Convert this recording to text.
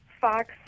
Fox